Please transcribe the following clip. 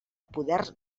poders